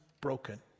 broken